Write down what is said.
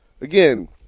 again